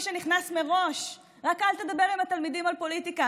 שנכנס מראש: רק אל תדבר עם התלמידים על פוליטיקה.